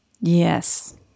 Yes